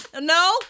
No